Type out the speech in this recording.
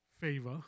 favor